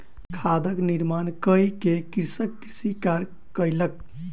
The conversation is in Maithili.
खादक निर्माण कय के कृषक कृषि कार्य कयलक